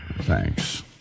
Thanks